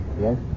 Yes